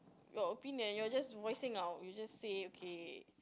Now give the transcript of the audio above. your opinion you're just voicing out you just say okay